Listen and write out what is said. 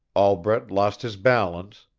albret lost his balance,